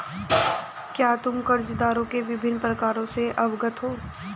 क्या तुम कर्जदारों के विभिन्न प्रकारों से अवगत हो?